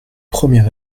premier